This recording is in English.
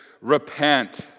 repent